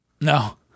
No